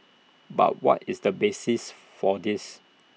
but what is the basis for this